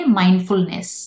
mindfulness